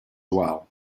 well